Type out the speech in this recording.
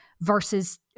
versus